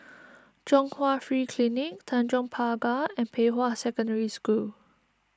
Chung Hwa Free Clinic Tanjong Pagar and Pei Hwa Secondary School